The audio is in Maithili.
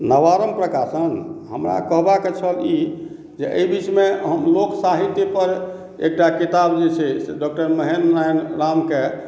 नवारम्भ प्रकाशन हमरा कहबा के छल ई जे एहि बिच मे हम लोकसाहित्य पर एकटा किताब जे छै से डॉक्टर महेंद्र नारायण राम के